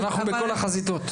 אנחנו בכל החזיתות.